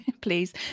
Please